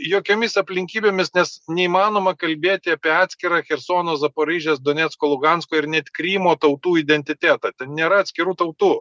jokiomis aplinkybėmis nes neįmanoma kalbėti apie atskirą chersono zaporižės donecko lugansko ir net krymo tautų identitetą ten nėra atskirų tautų